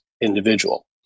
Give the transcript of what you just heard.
individual